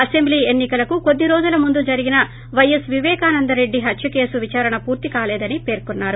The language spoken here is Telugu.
అసెంబ్లీ ఎన్ని కలకు కొద్ది రోజుల ముందు జరిగిన పైఎస్ విపేకానందరెడ్డి హత్యకేసు విదారణ పూర్తి కాలేదని పేర్కొన్సారు